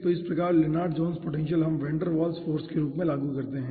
तो इस प्रकार की लेनार्ड जोन्स पोटेंशियल हम वैन डेर वाल्स फाॅर्स के रूप में लागू करते हैं